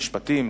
המשפטים,